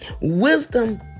Wisdom